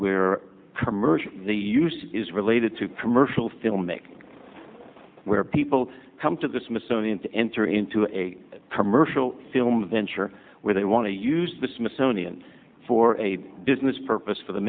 where commercial use is related to commercial filmic where people come to the smithsonian to enter into a commercial film venture where they want to use the smithsonian for a business purpose for the